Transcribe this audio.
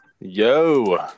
Yo